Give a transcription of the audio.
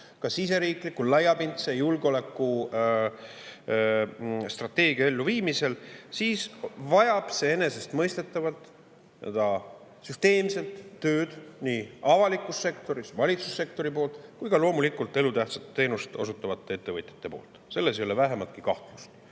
ka siseriikliku laiapindse julgeolekustrateegia elluviimisel, siis vajab see enesestmõistetavalt süsteemset tööd nii avalikus sektoris valitsussektori poolt kui ka loomulikult elutähtsat teenust osutavate ettevõtjate poolt. Selles ei ole vähimatki kahtlust.